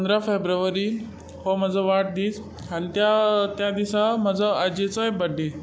पंदरा फेब्रुवारी हो म्हजो वाडदीस आनी त्या त्या दिसा म्हजो आजेचोय बड्डे